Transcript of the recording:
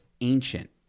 ancient